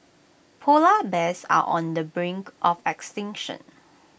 Polar Bears are on the brink of extinction